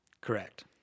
Correct